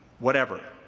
whatever.